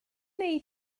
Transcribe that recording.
wnei